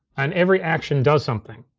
and every action does something.